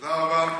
תודה רבה.